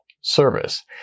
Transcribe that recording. service